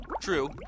True